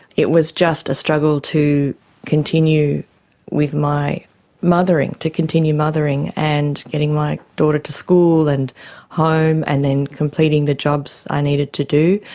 it was just a struggle to continue with my mothering, to continue mothering, and getting my daughter to school and home and then completing the jobs i needed to do.